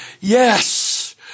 yes